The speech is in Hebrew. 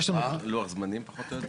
לוח זמנים פחות או יותר?